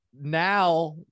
now